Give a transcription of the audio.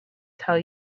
tell